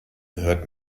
hört